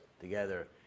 together